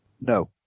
No